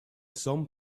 some